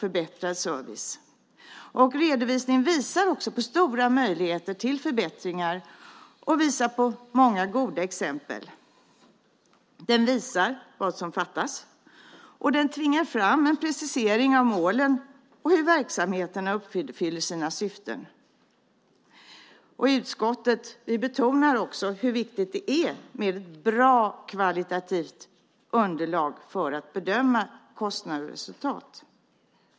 Redovisningen visar också på stora möjligheter till förbättringar och innehåller många goda exempel. Den visar vad som fattas, och den tvingar fram en precisering av målen och av hur verksamheterna uppfyller sina syften. Utskottet betonar också hur viktigt det är med ett bra kvalitativt underlag för att bedöma kostnad och resultat.